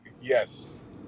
Yes